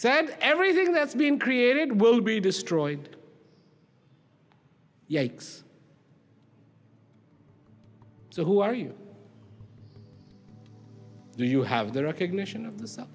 sand everything that's been created will be destroyed yanks so who are you do you have the recognition of the s